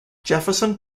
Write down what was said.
jefferson